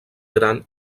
gran